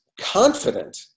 confident